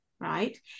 Right